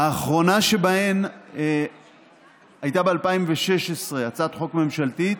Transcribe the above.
האחרונה שבהן הייתה ב-2016, הצעת חוק ממשלתית,